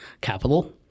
capital